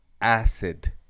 acid